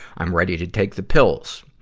i'm ready to take the pills.